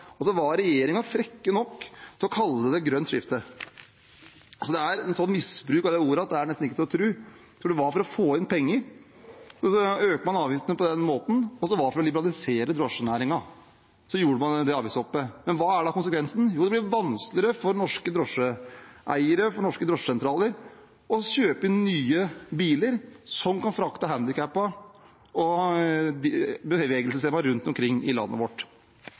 var i tillegg frekk nok til å kalle det et grønt skifte. Dette er en slik misbruk av det ordet at det nesten ikke er til å tro, for de gjorde det for å få inn penger. Man foretok det avgiftshoppet for å liberalisere drosjenæringen. Men hva er konsekvensene? Jo, det blir vanskeligere for norske drosjeeiere og norske drosjesentraler å kjøpe inn nye biler som kan frakte handikappede og bevegelseshemmede rundt omkring i landet vårt.